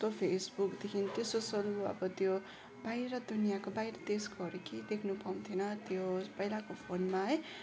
त्यस्तो फेसबुकदेखि त्यो त्यो बाहिर दुनियाँको बाहिर देशकोहरू केही देख्न पाउँथेन त्यो पहिलाको फोनमा है